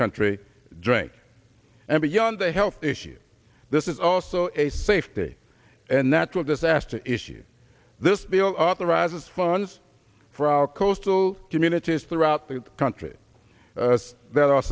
country drink and beyond the health issue this is also a safety and natural disaster issue this bill authorizes funds for our coastal communities throughout the country that are